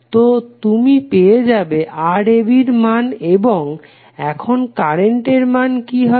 তো তুমি পেয়ে যাবে Rab এর মান এবং এখন কারেন্টের মান কি হবে